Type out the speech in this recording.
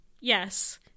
Yes